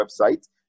website